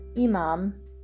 imam